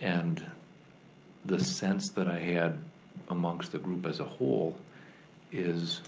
and the sense that i had amongst the group as a whole is